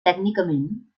tècnicament